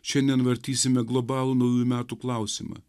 šiandien vartysime globalų naujųjų metų klausimą